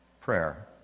prayer